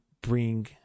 bring